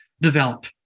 develop